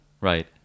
right